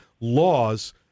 laws